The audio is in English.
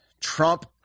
Trump